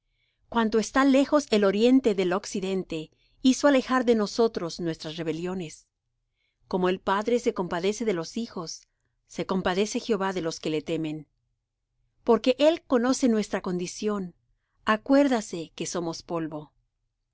cuanto está lejos el oriente del occidente hizo alejar de nosotros nuestras rebeliones como el padre se compadece de los hijos se compadece jehová de los que le temen porque él conoce nuestra condición acuérdase que somos polvo